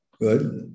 good